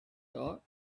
thought